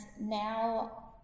now